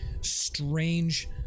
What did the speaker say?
strange